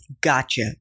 Gotcha